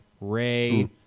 Ray